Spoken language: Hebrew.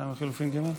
לא נתקבלה.